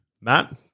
Matt